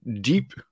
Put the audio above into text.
deep